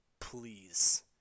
Please